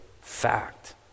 fact